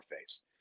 face